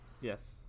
Yes